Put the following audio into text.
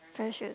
friendship